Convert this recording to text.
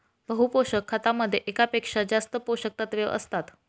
बहु पोषक खतामध्ये एकापेक्षा जास्त पोषकतत्वे असतात